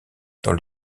dans